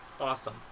Awesome